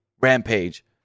rampage